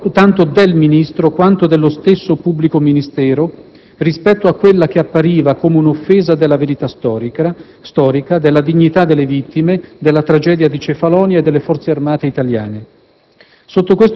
tanto del Ministro quanto dello stesso pubblico Ministero rispetto a quella che appariva come un'offesa della verità storica, della dignità delle vittime della tragedia di Cefalonia e delle Forze Armate italiane.